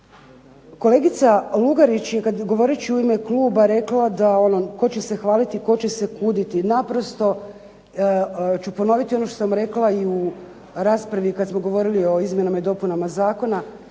Kolegica Lugarić je govoreći u ime kluba rekla da tko će se hvaliti, tko će se kuditi. Naprosto ću ponoviti ono što sam rekla i u raspravi kad smo govorili o izmjenama i dopunama zakona,